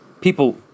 people